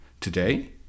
Today